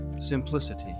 simplicity